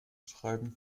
schreiben